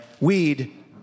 weed